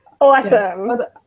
Awesome